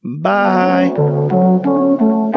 Bye